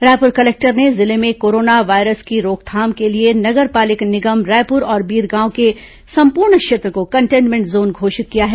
Raipur collector ने जिले में कोरोना वायरस की रोकथाम के लिए नगर पालिक निगम रायपुर और बिरगांव के संपूर्ण क्षेत्र को कंटेनमेंट जोन घोषित किया है